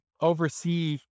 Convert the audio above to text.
oversee